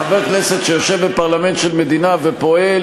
חבר כנסת שיושב בפרלמנט של מדינה ופועל